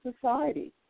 society